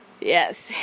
Yes